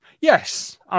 Yes